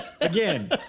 again